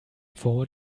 vor